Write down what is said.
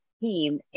team